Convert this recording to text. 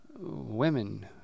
women